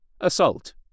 Assault